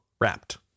wrapped